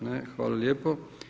Ne, hvala lijepo.